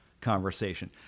conversation